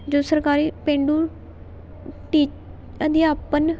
ਜੋ ਸਰਕਾਰੀ ਪੇਂਡੂ ਟੀ ਅਧਿਆਪਨ